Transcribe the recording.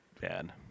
bad